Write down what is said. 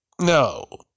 No